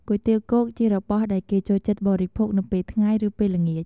គុយទាវគោកជារបស់ដែលគេចូលចិត្តបរិភោគនៅពេលថ្ងៃ ឬពេលល្ងាច។